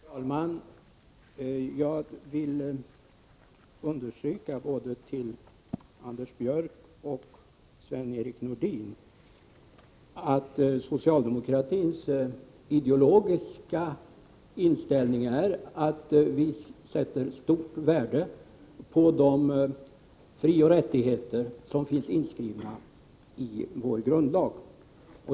Herr talman! Jag vill understryka, både för Anders Björck och för Sven-Erik Nordin, att socialdemokratins ideologiska inställning är att vi sätter stort värde på de frioch rättigheter som finns inskrivna i vår grundlag.